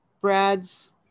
brads